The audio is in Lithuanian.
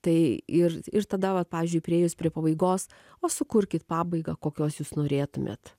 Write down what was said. tai ir ir tada vat pavyzdžiui priėjus prie pabaigos o sukurkit pabaigą kokios jūs norėtumėt